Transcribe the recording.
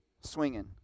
Swinging